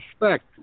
respect